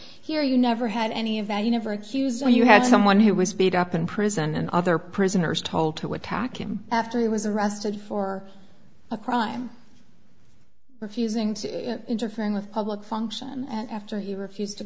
here you never had any of value never accused when you had someone who was beat up in prison and other prisoners told to attack him after he was arrested for a crime refusing to interfering with public function and after he refused to